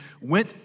went